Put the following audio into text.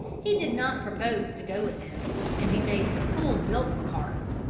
he did not propose to go with him and be made to pull milk carts.